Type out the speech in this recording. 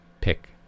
pick